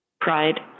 Pride